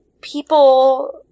people